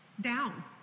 down